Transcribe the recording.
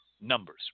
numbers